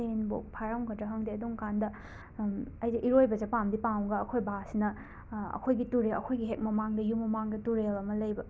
ꯇꯦꯟꯐꯥꯎ ꯐꯥꯔꯝꯒꯗꯔ ꯈꯪꯗꯦ ꯑꯗꯨꯝ ꯀꯥꯟꯗ ꯑꯩꯁꯦ ꯏꯔꯣꯏꯕꯁꯦ ꯄꯥꯝꯗꯤ ꯄꯥꯝꯃꯒ ꯑꯩꯈꯣꯏ ꯕꯥꯁꯤꯅ ꯑꯩꯈꯣꯏꯒꯤ ꯇꯨꯔꯦꯜ ꯑꯩꯈꯣꯏꯒꯤ ꯍꯦꯛ ꯃꯃꯥꯡꯗ ꯌꯨꯝ ꯃꯃꯥꯡꯗ ꯇꯨꯔꯦꯜ ꯑꯃ ꯂꯩꯕ